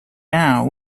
now